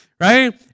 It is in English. right